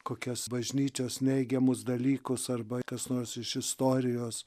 kokias bažnyčios neigiamus dalykus arba kas nors iš istorijos